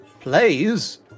Plays